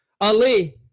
Ali